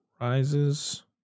Rises